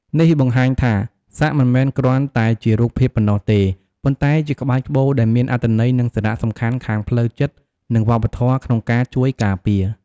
នេះបង្ហាញថា សាក់មិនមែនគ្រាន់តែជារូបភាពប៉ុណ្ណោះទេ ប៉ុន្តែជាក្បាច់ក្បូរដែលមានអត្ថន័យ និងសារៈសំខាន់ខាងផ្លូវចិត្ត និងវប្បធម៌ក្នុងការជួយការពារ។